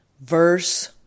Verse